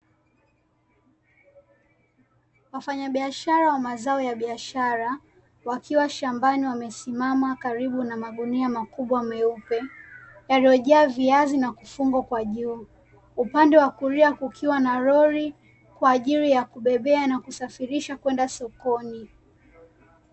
Wafanyabiashara wa mazao ya biashara wakiwa shambani wamesimama karibu na magunia makubwa meupe yaliyojaa viazi na kufungwa kwa juu, upande wa kulia kukiwa na lori kwa ajili ya kubebea na kusafirisha kwenda sokoni.